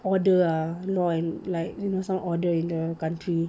order ah law and like you know some order in the country